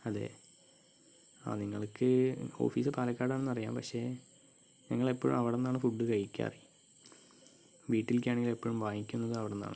അതെ ആ നിങ്ങൾക്ക് ഓഫീസ് പാലക്കാട് ആണെന്ന് അറിയാം പക്ഷേ ഞങ്ങള് എപ്പോഴും അവിടുന്നാണ് ഫുഡ് കഴിക്കാറേ വീട്ടിലേക്ക് ആണെങ്കിലും എപ്പോഴും വാങ്ങിക്കുന്നതും അവിടെ നിന്നാണ് ആ